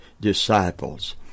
disciples